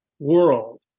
World